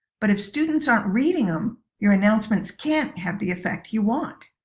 but if students aren't reading em, your announcements can't have the effect you want!